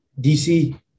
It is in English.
dc